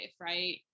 right